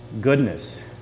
goodness